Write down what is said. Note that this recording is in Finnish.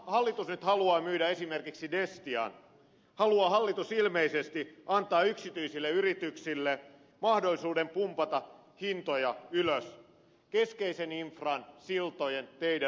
kun hallitus nyt haluaa myydä esimerkiksi destian haluaa hallitus ilmeisesti antaa yksityisille yrityksille mahdollisuuden pumpata hintoja ylös keskeisen infran siltojen teiden rakentamisessa